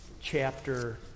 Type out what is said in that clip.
chapter